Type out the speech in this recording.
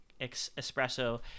espresso